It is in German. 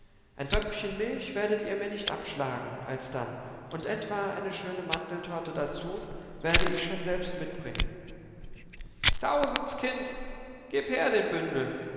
ein töpfchen milch werdet ihr mir nicht abschlagen alsdann und etwa eine schöne mandeltorte dazu werde ich schon selbst mitbringen tausendskind gib her den bündel